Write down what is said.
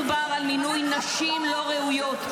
לא מדובר על מינוי נשים לא ראויות,